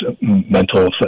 mental